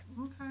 Okay